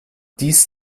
dies